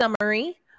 summary